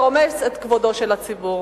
שרומס את כבודו של הציבור?